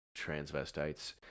transvestites